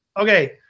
Okay